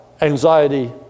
anxiety